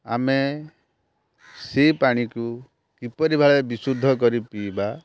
ଆମେ ସେ ପାଣିକୁ କିପରି ଭାବେ ବିଶୁଦ୍ଧ କରି ପିଇବା